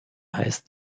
heißt